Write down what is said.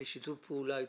בשיתוף פעולה אתכם.